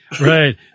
right